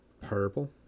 Purple